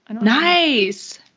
Nice